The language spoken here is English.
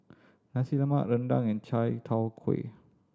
Nasi Lemak rendang and Chai Tow Kuay